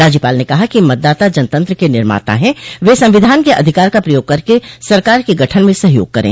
राज्यपाल ने कहा कि मतदाता जनतंत्र के निर्माता हैं वे संविधान के अधिकार का प्रयोग करके सरकार के गठन में सहयोग करें